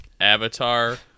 Avatar